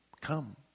Come